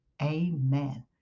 Amen